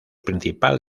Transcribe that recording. principal